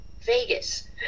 Vegas